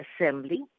Assembly